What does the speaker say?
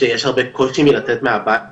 שיש הרבה קושי בלצאת מהבית,